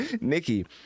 Nikki